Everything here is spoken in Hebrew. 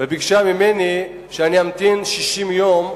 וביקשה ממני שאמתין 60 יום.